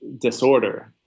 disorder